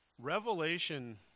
Revelation